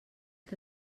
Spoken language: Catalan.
que